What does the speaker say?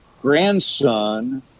grandson